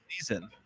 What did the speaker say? season